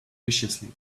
viciously